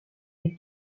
les